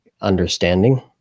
understanding